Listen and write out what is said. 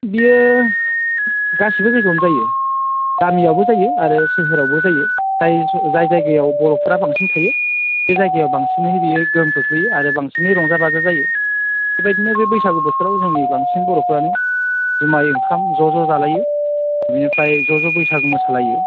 बियो गासिबो जायगायावनो जायो गामियावबो जायो आरो सोहोरावबो जायो जाय जागायाव बर'फ्रा बांसिन थायो बे जायगायाव बांसिनै बेयो गोहोम खोख्लैयो आरो बांसिनै रंजा बाजा जायो बे बायदिनो बे बैसागु बोथोराव जोंनि बांसिन बर'फ्रानो जुमाइ ओंखाम ज' ज' जालायो बिनिफ्राय ज' ज' बैसागु मोसालायो